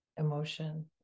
emotion